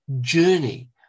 journey